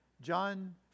John